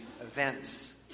events